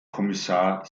kommissar